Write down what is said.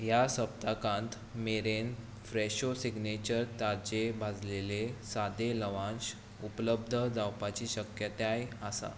ह्या सप्तकांत मेरेन फ्रेशो सिग्नेचर ताजें भाजलेलें सादें लवांश उपलब्ध जावपाची शक्यताय आसा